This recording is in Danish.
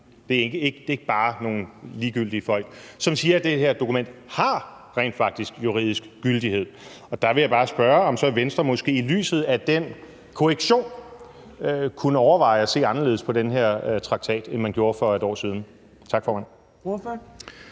det er jo ikke bare sådan nogle ligegyldige folk – som siger, at det her dokument rent faktisk har juridisk gyldighed. Der vil jeg bare spørge, om Venstre så i lyset af den korrektion kunne overveje at se anderledes på den her traktat, end man gjorde for et års tid siden. Tak, formand.